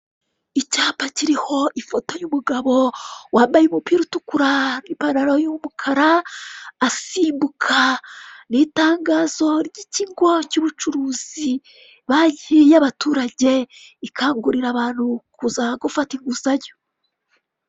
Icyapa kiriho ifoto y'umugabo wambaye umupira utukura n'ipantaro y'umukara asimbuka, ni itangazo ry'ikigo cy'ubucuruzi banki y'abaturage ikangurira abantu kuza gufata inguzanyo.